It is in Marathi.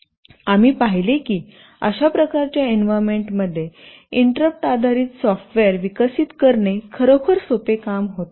आम्ही पाहिले की अशा प्रकारच्या एन्व्हायरमेंट मध्ये इंटरप्ट आधारित सॉफ्टवेअर विकसित करणे खरोखर सोपे काम होते